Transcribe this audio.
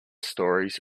stories